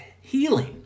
healing